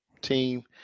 team